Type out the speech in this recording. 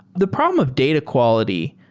the problem of data quality,